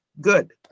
Good